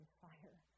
fire